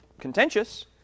contentious